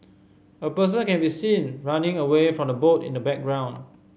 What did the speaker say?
a person can be seen running away from the boat in the background